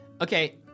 Okay